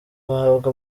uhabwe